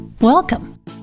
Welcome